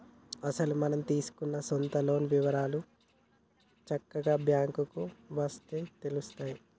అసలు మనం తీసుకున్న సొంత లోన్ వివరాలు చక్కగా బ్యాంకుకు వస్తే తెలుత్తాయి